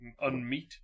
unmeet